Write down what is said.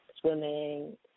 Swimming